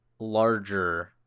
larger